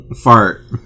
Fart